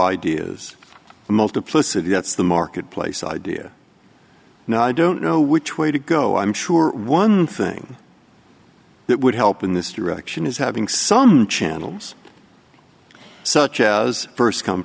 ideas a multiplicity that's the marketplace idea no i don't know which way to go i'm sure one thing that would help in this direction is having some channels such as first come